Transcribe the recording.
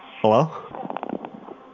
Hello